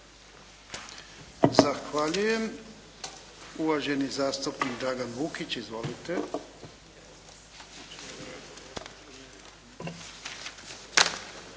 Zahvaljujem. Uvaženi zastupnik Dragan Vukić. Izvolite.